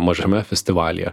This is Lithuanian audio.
mažame festivalyje